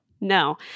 No